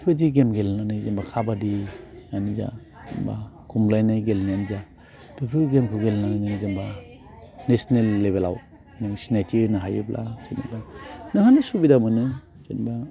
बेफोरबायदि गेम गेलेनानै जेनेबा काबादिआनो जा बा खमलायनाय गेलेनायानो जा बेफोरबायदि गेमखौ गेलेनानै जेनेबा नेशनेल लेबेलाव नों सिनायथि होनो हायोब्ला जेनेबा नोंहानो सुबिदा मोनो जेनेबा